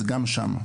אז גם שמה.